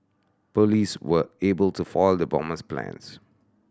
police were able to foil the bomber's plans